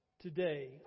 Today